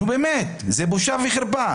נו באמת, זה בושה וחרפה.